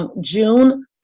June